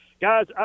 Guys